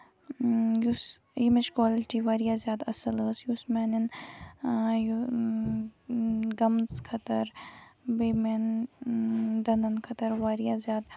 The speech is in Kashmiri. یُس امِچ کالٹی واریاہ زیادٕ اَصٕل ٲسۍ یُس میانین گَمٕز خٲطرٕ بیٚیہِ میانین دَندن خٲطرٕ واریاہ زیادٕ